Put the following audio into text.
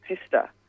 sister